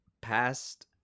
past